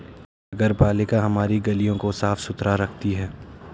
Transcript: नगरपालिका हमारी गलियों को साफ़ सुथरा रखती है